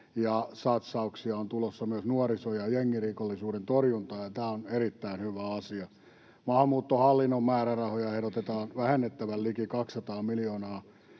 satsauksia on tulossa myös nuoriso- ja jengirikollisuuden torjuntaan. Tämä on erittäin hyvä asia. Maahanmuuttohallinnon määrärahoja ehdotetaan vähennettävän liki 200 miljoonaa.